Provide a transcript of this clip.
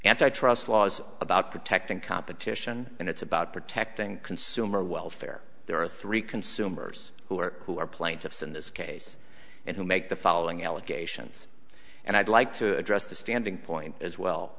antitrust laws about protecting competition and it's about protecting consumer welfare there are three consumers who are who are plaintiffs in this case and who make the following allegations and i'd like to address the standing point as well